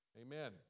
Amen